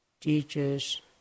teachers